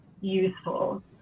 useful